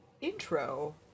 intro